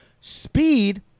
Speed